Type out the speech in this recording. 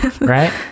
Right